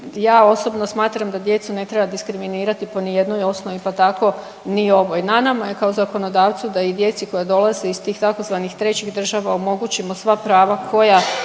Ja osobno smatram da djecu ne treba diskriminirati po ni jednoj osnovi, pa tako ni ovoj. Na nama je kao zakonodavcu da i djeci koja dolaze iz tih tzv. trećih država omogućimo sva prava koja